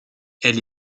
elle